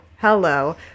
hello